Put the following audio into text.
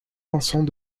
vincent